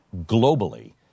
globally